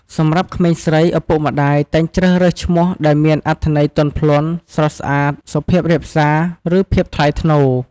សម្រាប់ក្មេងស្រី ឪពុកម្តាយតែងជ្រើសរើសឈ្មោះដែលមានអត្ថន័យទន់ភ្លន់ ស្រស់ស្អាត សុភាពរាបសារ ឬភាពថ្លៃថ្នូរ។